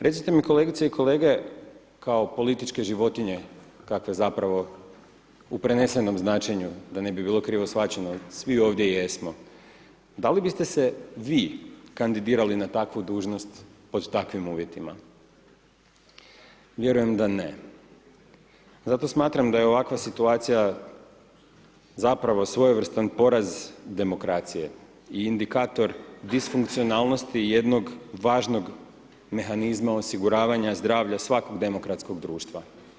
Recite mi kolegice i kolege kao političke životinje kakve zapravo u prenesenom značenju da ne bi bilo krivo shvaćeno svi ovdje jesmo, da li biste se vi kandidirali na takvu dužnost pod takvim uvjetima Zato smatram da je ovakva situacija zapravo svojevrstan poraz demokracije i indikator disfunkcionalnosti jednog važnog mehanizma osiguravanja zdravlja svakog demokratskog društva.